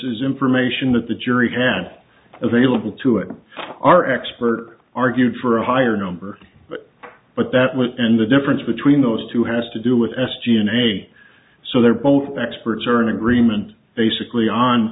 is information that the jury had available to it our expert argued for a higher number but that was and the difference between those two has to do with s g and a so they're both experts are in agreement basically on